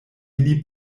ili